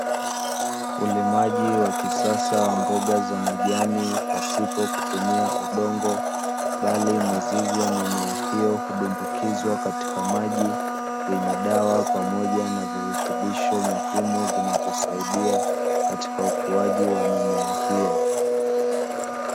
Ulimaji wa kisasa wa mboga za majani pasipo kutumia udongo, bali mizizi ya mimea hiyo hudumbukizwa katika maji yenye dawa pamoja na virutubisho muhimu vinavyosaidia katika ukuaji wa mimea hiyo.